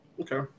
Okay